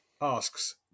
asks